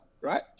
right